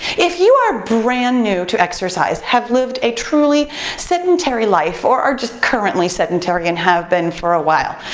if you are brand new to exercise, have lived a truly sedentary life or are just currently sedentary and have been for a while,